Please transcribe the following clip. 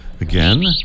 again